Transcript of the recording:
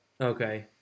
Okay